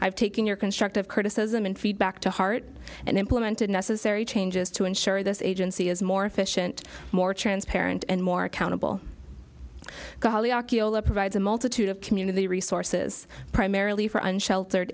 have taken your constructive criticism and feedback to heart and implemented necessary changes to ensure this agency is more efficient more transparent and more accountable ghaly ocular provides a multitude of community resources primarily for unsheltered